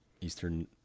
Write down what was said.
Eastern